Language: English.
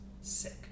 sick